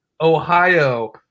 Ohio